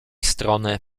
strony